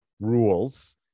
rules